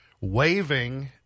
waving